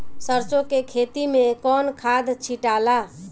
सरसो के खेती मे कौन खाद छिटाला?